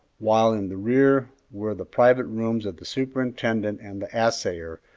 while in the rear were the private rooms of the superintendent and the assayer,